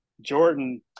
Jordan